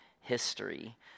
history